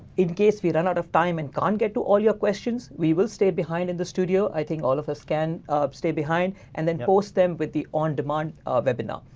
in case we run out of time and can't get to all your questions. we will stay behind in the studio. i think all of us can stay behind and then post them with the on-demand webinar.